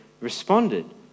responded